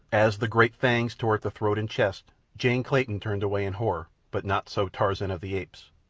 as the great fangs tore at the throat and chest, jane clayton turned away in horror but not so tarzan of the apes.